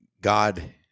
God